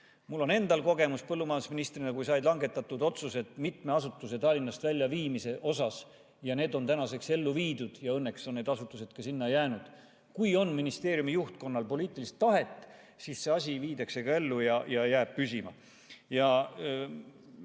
Mul on endal kogemus põllumajandusministrina, kui sai langetatud otsused mitme asutuse Tallinnast väljaviimise kohta. Ja need on tänaseks ellu viidud ja õnneks on need asutused sinna jäänud. Kui on ministeeriumi juhtkonnal poliitilist tahet, siis see asi viiakse ka ellu ja jääb püsima. Ma